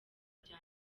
rya